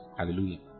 Hallelujah